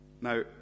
Now